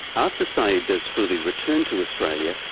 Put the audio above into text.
after saeed dezfouli returned to australia,